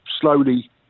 slowly